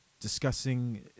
discussing